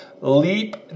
leap